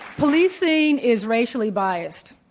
policing is racially biased.